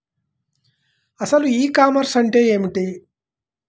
అసలు e commerce అంటే ఏమిటి?